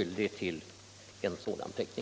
ställer icke